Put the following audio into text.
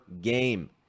game